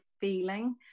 feeling